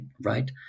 right